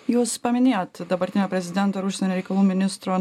jūs paminėjot dabartinio prezidento ir užsienio reikalų ministro